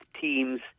teams